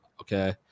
Okay